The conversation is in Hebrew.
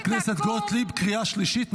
חברת הכנסת גוטליב, קריאה שלישית.